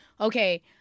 okay